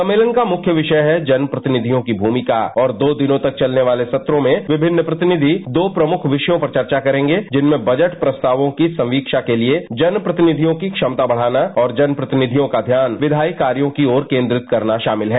सम्मेलन का मुख्य विषय है जन प्रतिनिधियों की भूमिका और दो दिनों तक चलने वाले सत्रों में विभिन्न प्रतिनिधि दो प्रमुख विषयों पर चर्चा करेगे जिनमें बजट प्रस्तावों की संवीक्षा के लिए जनप्रतिनिधियों की क्षमता बढ़ाना और जन प्रतिनिधियों का ध्यान विधायी कार्यों की ओर केन्द्रित करना शामिल है